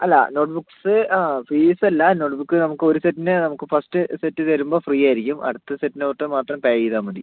അല്ല note books ആ fees അല്ല നോട്ട് ക്ക് നമുക്ക് ഒരു സെറ്റിന് നമുക്ക് ഫസ്റ്റ് സെറ്റ് തരുമ്പം ഫ്രീ ആയിരിക്കും അടുത്ത സെറ്റിൻ്റെ നോട്ട് മാത്രം പേ ചെയ്താൽ മതി